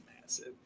massive